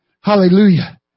Hallelujah